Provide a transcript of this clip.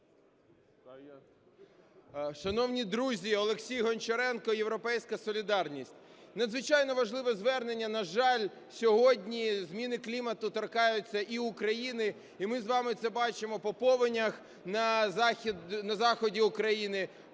Шановні друзі! Олексій Гончаренко, "Європейська солідарність". Надзвичайно важливе звернення. На жаль, сьогодні зміни клімату торкаються і України. І ми з вами це бачимо по повенях на заході України,